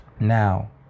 Now